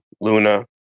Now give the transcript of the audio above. Luna